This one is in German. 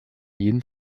jeden